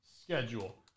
Schedule